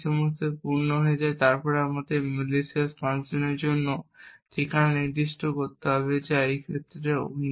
এই সব পূর্ণ হয়ে যায় এবং তারপর আমাদের malicious ফাংশনের জন্য ঠিকানা নির্দিষ্ট করতে হবে যা এই ক্ষেত্রে winner